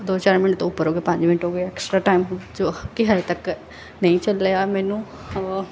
ਦੋ ਚਾਰ ਮਿੰਟ ਤੋਂ ਉਪਰ ਹੋ ਗਏ ਪੰਜ ਮਿੰਟ ਹੋ ਗਏ ਐਕਸਟਰਾ ਟਾਈਮ ਜੋ ਕਿ ਹਜੇ ਤੱਕ ਨਹੀਂ ਚੱਲਿਆ ਮੈਨੂੰ